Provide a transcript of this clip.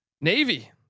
Navy